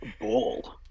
ball